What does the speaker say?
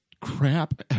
crap